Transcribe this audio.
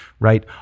right